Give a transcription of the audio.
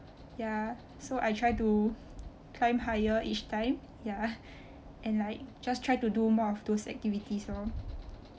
ya so I try to climb higher each time ya and like just try to do more of those activities lor